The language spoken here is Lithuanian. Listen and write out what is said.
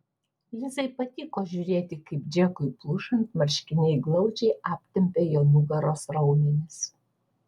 lizai patiko žiūrėti kaip džekui plušant marškiniai glaudžiai aptempia jo nugaros raumenis